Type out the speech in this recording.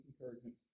encouragement